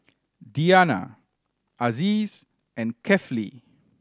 Diyana Aziz and Kefli